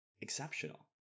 Exceptional